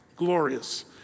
glorious